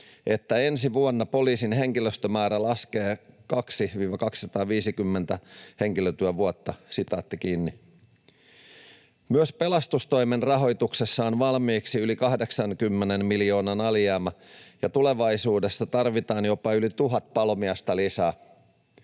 että ensi vuonna poliisin henkilöstömäärä laskee 200—250 henkilötyövuotta.” Myös pelastustoimen rahoituksessa on valmiiksi yli 80 miljoonan alijäämä, ja tulevaisuudessa tarvitaan jopa yli 1 000 palomiestä lisää.